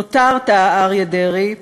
נותרת, אריה דרעי,